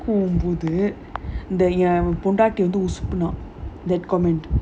கூவுது என் பொண்டாட்டி வந்து உசுப்புனா:koovuthu en pondaati vandhu usupunaa that comment